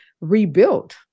rebuilt